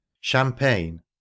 Champagne